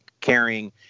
carrying